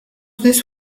this